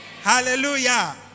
hallelujah